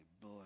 boy